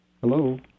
Hello